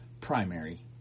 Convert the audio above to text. primary